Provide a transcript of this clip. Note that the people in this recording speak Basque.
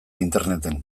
interneten